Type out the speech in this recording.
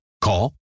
Call